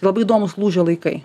labai įdomūs lūžio laikai